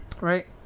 Right